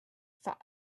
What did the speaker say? fat